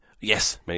Yes